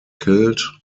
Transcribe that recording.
killed